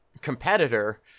competitor